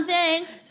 Thanks